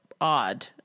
odd